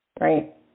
Right